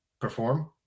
perform